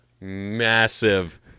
massive